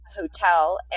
hotel